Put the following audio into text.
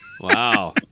Wow